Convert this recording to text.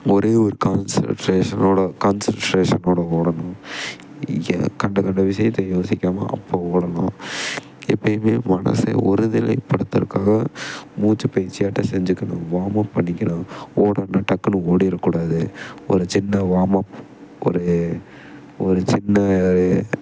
ஒரே ஒரு கான்செண்ட்ரேஷனோடு கான்செண்ட்ரேஷனோடு ஓடணும் கண்ட கண்ட விஷயத்த யோசிக்காமல் அப்போ ஓடணும் எப்போயுமே மனதை ஒரு நிலைப்படுத்துகிறக்காக மூச்சு பயிற்சியாட்டம் செஞ்சுக்கணும் வார்ம்அப் பண்ணிக்கணும் ஓடணும்னு டக்குனு ஓடிட கூடாது ஒரு சின்ன வார்ம்அப் ஒரு ஒரு சின்ன ஒரு